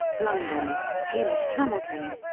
london hamish hamilton.